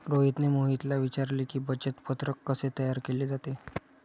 रोहितने मोहितला विचारले की, बचत पत्रक कसे तयार केले जाते?